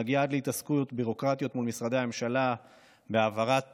ומגיע עד להתעסקות ביורוקרטית מול משרדי הממשלה בהעברת